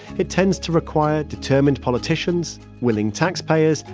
it tends to require determined politicians, willing taxpayers,